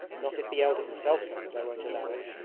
not if the elder himself comes, i won't allow it.